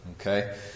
okay